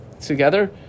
together